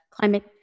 climate